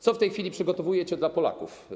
Co w tej chwili przygotowujecie dla Polaków?